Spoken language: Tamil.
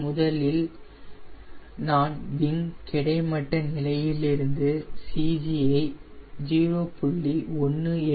எனவே முதலில் நான் விங் கிடைமட்ட நிலையில் இருந்து CG ஐ 0